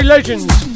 Legends